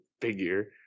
figure